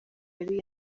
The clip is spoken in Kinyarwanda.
yari